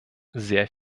sehr